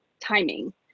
timing